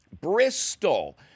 Bristol